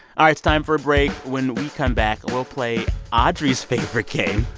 ah it's time for a break. when we come back, we'll play audrey's favorite game,